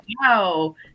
wow